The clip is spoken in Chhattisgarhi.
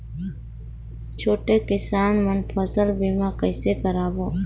छोटे किसान मन फसल बीमा कइसे कराबो?